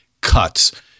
cuts